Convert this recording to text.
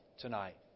tonight